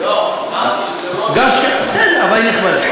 לא, אמרתי שזה לא, בסדר, אבל היא נכבדה.